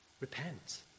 Repent